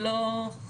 זה לא מזיק.